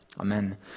Amen